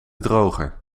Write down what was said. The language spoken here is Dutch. droger